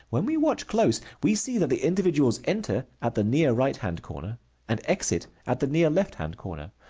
when we watch close, we see that the individuals enter at the near right-hand corner and exit at the near left-hand corner,